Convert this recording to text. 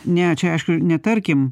ne čia aišku ne tarkim